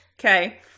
Okay